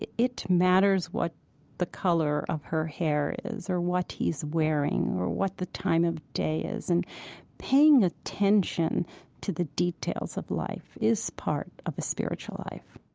it it matters what the color of her hair is or what he's wearing or what the time of day is. and paying attention to the details of life is part of a spiritual life